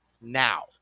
now